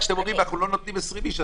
כשאתם אומרים שאתם לא נותנים ל-20 איש,